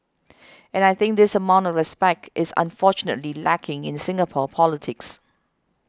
and I think this amount of respect is unfortunately lacking in Singapore politics